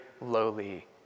lowly